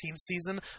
season